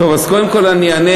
טוב, אז קודם כול אני אענה,